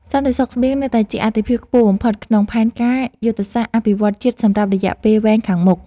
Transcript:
សន្តិសុខស្បៀងនៅតែជាអាទិភាពខ្ពស់បំផុតក្នុងផែនការយុទ្ធសាស្ត្រអភិវឌ្ឍន៍ជាតិសម្រាប់រយៈពេលវែងខាងមុខ។